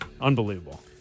Unbelievable